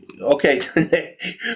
Okay